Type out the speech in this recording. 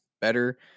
better